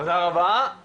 תודה רבה,